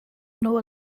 nôl